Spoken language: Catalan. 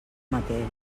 mateix